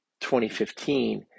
2015